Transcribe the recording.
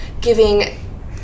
giving